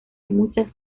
muchas